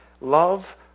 love